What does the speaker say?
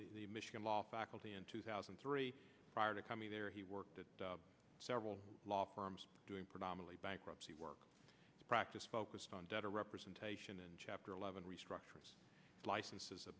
the michigan law faculty in two thousand and three prior to coming there he worked at several law firms doing predominately bankruptcy work practice focused on data representation in chapter eleven restructuring licenses